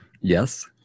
Yes